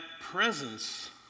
presence